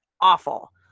awful